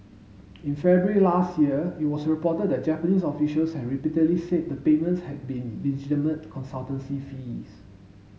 in February last year it was reported that Japanese officials had repeatedly said the payments had been legitimate consultancy fees